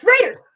Raiders